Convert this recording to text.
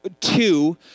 two